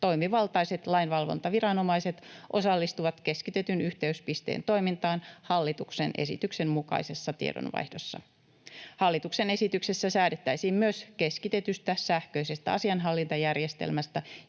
Toimivaltaiset lainvalvontaviranomaiset osallistuvat keskitetyn yhteyspisteen toimintaan hallituksen esityksen mukaisessa tiedonvaihdossa. Hallituksen esityksessä säädettäisiin myös keskitetystä sähköisestä asianhallintajärjestelmästä,